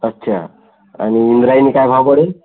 अच्छा आणि इंद्रायणी काय भाव पडेल